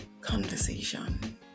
conversation